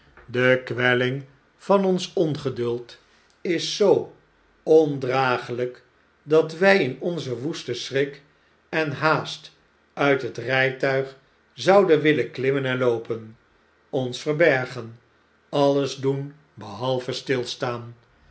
de kwelling van ons ongeduld is zoo ondrageliik dat wij in onzen woesten schrik en haast uit net rjjtuig zouden willen klimmen en loopen ons verbergen alles doen behalve stilstaan